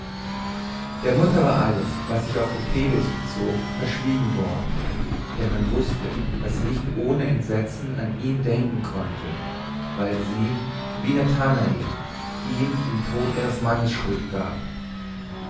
der mutter war alles was sich auf coppelius bezog verschwiegen worden denn man wußte daß sie nicht ohne entsetzen an ihn denken konnte weil sie wie nathanael ihm den tod ihres mannes schuld gab